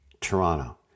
Toronto